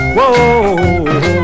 Whoa